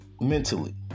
mentally